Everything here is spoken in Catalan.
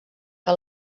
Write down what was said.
que